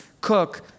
Cook